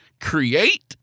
create